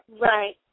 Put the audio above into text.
Right